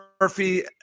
Murphy